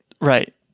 right